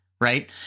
Right